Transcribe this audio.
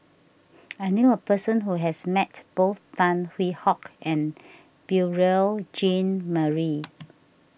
I knew a person who has met both Tan Hwee Hock and Beurel Jean Marie